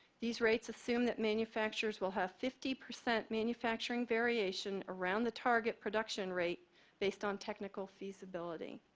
these rates assume that manufacturers will have fifty percent manufacturing variation around the target production rate based on technical feasibility.